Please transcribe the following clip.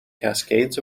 cascades